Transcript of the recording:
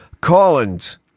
Collins